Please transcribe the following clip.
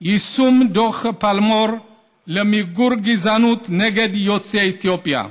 יישום דוח פלמור למיגור הגזענות כלפי יוצאי אתיופיה,